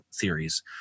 theories